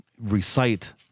recite